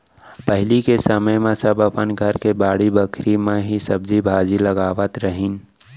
पहिली के समे म सब अपन घर के बाड़ी बखरी म ही सब्जी भाजी लगात रहिन